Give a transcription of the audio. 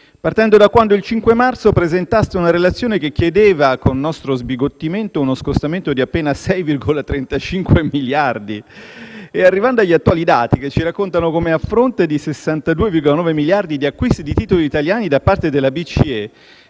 partendo da quando, il 5 marzo, presentaste una relazione che chiedeva - con nostro sbigottimento - uno scostamento di appena 6,35 miliardi e arrivando agli attuali dati, che ci raccontano come, a fronte di 62,9 miliardi di acquisti di titoli italiani da parte della BCE,